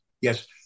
Yes